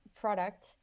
product